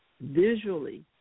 visually